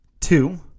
Two